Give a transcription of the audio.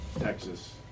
Texas